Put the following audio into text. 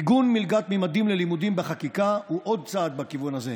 עיגון מלגת ממדים ללימודים בחקיקה הוא עוד צעד בכיוון הזה,